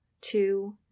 two